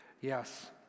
yes